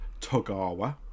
Togawa